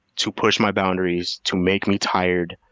to push my boundaries, to make me tired,